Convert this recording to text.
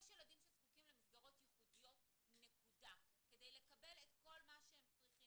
יש ילדים שזקוקים למסגרות ייחודיות כדי לקבל את כל מה שהם צריכים